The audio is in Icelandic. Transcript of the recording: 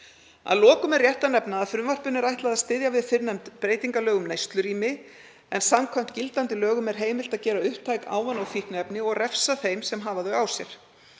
Að lokum er rétt að nefna að frumvarpinu er ætlað að styðja við fyrrnefnd breytingalög um neyslurými en samkvæmt gildandi lögum er heimilt að gera upptæk ávana- og fíkniefni og refsa þeim sem hafa þau á sér.